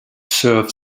serve